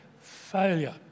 failure